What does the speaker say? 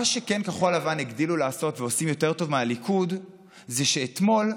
מה שכן כחול לבן הגדילו לעשות ועושים יותר טוב מהליכוד זה שאתמול,